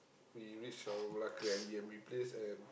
we reachd our Malacca Air-B_N_B place and